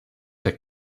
der